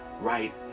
right